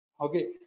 Okay